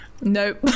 Nope